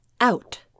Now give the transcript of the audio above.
out